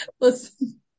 Listen